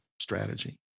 strategy